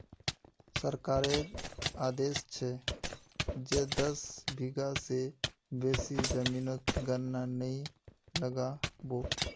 सरकारेर आदेश छ जे दस बीघा स बेसी जमीनोत गन्ना नइ लगा बो